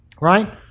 right